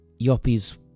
Yuppies